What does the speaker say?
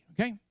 Okay